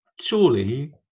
surely